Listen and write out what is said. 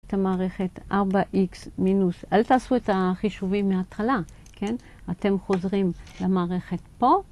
את המערכת ארבע איקס מינוס, אל תעשו את החישובים מההתחלה, כן? אתם חוזרים למערכת פה.